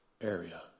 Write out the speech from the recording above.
area